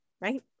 right